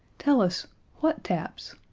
tell us what taps?